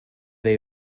they